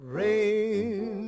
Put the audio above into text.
rain